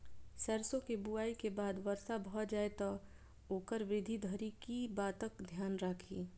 सैरसो केँ बुआई केँ बाद वर्षा भऽ जाय तऽ ओकर वृद्धि धरि की बातक ध्यान राखि?